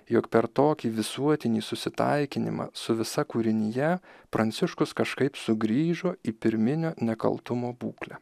jog per tokį visuotinį susitaikinimą su visa kūrinija pranciškus kažkaip sugrįžo į pirminio nekaltumo būklę